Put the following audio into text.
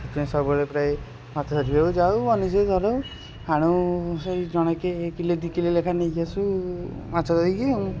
ସେଥିପାଇଁ ସବୁବେଳେ ପ୍ରାୟ ମାଛ ଧରିବାକୁ ଯାଉ ବନିଶୀରେ ଧରେ ଆଣୁ ସେଇ ଜଣକେ କିଲୋ ଦୁଇ କିଲୋ ନେଖା ନେଇକି ଆସୁ ମାଛ ଧରିକି ଆଉ